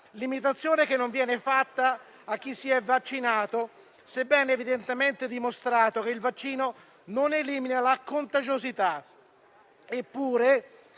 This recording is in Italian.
limitazione che non viene fatta a chi si è vaccinato, sebbene è evidentemente dimostrato che il vaccino non elimina la contagiosità.